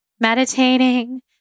meditating